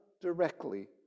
directly